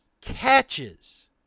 catches